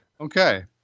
Okay